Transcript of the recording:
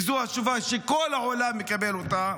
וזאת התשובה שכל העולם מקבל אותה,